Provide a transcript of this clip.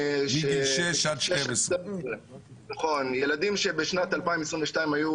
בגילאי 6 עד 12. הורים שהילדים שלהם בשנת 2022 היו